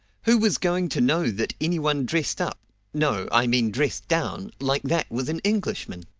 who was going to know that any one dressed up no, i mean dressed down like that was an englishman?